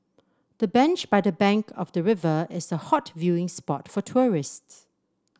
the bench by the bank of the river is a hot viewing spot for tourists